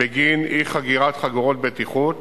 בגין אי-חגירת חגורות בטיחות,